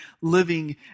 living